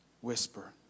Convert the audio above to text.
whisper